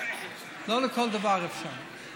לא לכל דבר אפשר.